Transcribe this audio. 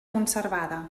conservada